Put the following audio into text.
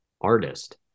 artist